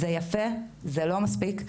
זה יפה אבל זה לא מספיק.